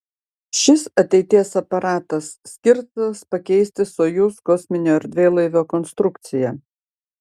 šis ateities aparatas skirtas pakeisti sojuz kosminio erdvėlaivio konstrukciją